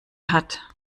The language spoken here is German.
hat